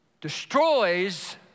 destroys